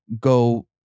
go